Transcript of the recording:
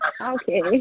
Okay